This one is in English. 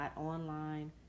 online